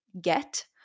get